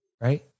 right